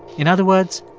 in other words,